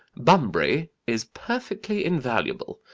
bunbury is perfectly invaluable.